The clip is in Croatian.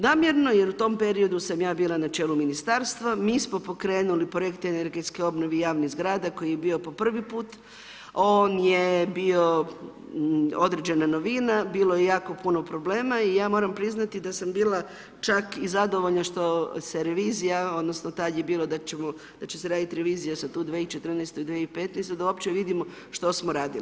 Namjerno jer u tom periodu sam ja bila na čelu ministarstva, mi smo pokrenuli projekt energetske obnove javnih zgrada koji je bio po prvi put, on je bio određena novina, bilo je jako puno problema i ja moram priznati da sam bila čak i zadovoljna što se revizija, odnosno tad je bilo da će se radit revizija za tu 2014. i 2015., da uopće vidimo što smo radili.